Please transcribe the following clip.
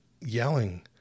yelling